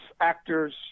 actors